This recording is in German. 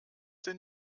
denn